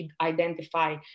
identify